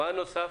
מה נוסף?